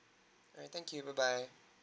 alright thank you bye bye